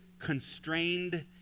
constrained